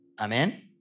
Amen